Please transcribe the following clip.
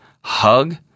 hug